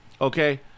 okay